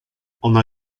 ona